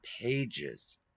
pages